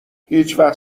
هیچوقت